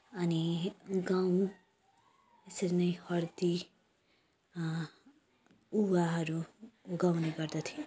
अनि गाउँ यसरी नै हर्दी उहाँहरू उब्जाउने गर्दथे